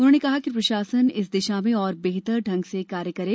उन्होंने कहा कि प्रशासन इस दिशा में और बेहतर ढंग से कार्य करें